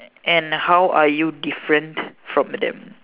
and how are you different from them